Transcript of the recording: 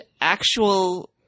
actual